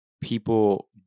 people